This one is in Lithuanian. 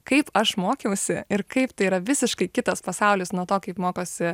kaip aš mokiausi ir kaip tai yra visiškai kitas pasaulis nuo to kaip mokosi